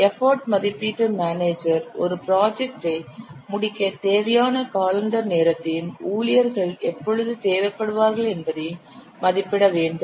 effort மதிப்பீட்டு manager ஒரு ப்ராஜெக்டை முடிக்க தேவையான காலண்டர் நேரத்தையும் ஊழியர்கள் எப்பொழுது தேவைப்படுவார்கள் என்பதையும் மதிப்பிட வேண்டும்